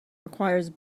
requires